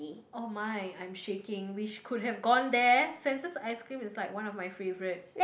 oh my I'm shaking we sh~ could have gone there Swensen's ice-cream is like one of my favourite